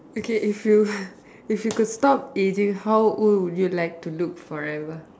okay if you if you could stop aging how old would you like to look forever